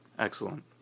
Excellent